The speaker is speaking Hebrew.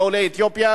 של עולי אתיופיה,